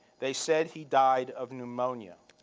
they said he died of pneumonia.